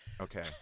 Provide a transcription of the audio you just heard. Okay